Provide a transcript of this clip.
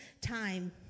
time